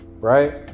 right